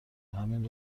همین